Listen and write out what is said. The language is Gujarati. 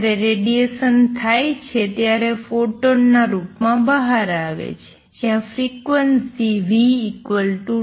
જ્યારે રેડિએશન થાય છે ત્યારે ફોટોનના રૂપમાં બહાર આવે છે જ્યાં ફ્રિક્વન્સી v∆E છે